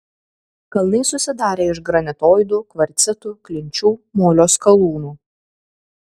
kalnai susidarę iš granitoidų kvarcitų klinčių molio skalūnų